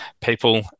people